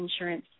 insurance